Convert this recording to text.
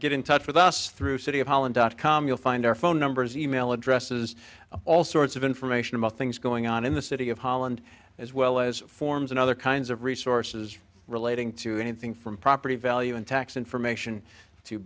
get in touch with us through city of holland dot com you'll find our phone numbers e mail addresses all sorts of information about things going on in the city of holland as well as forms and other kinds of resources relating to anything from property value and tax information to